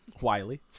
Wiley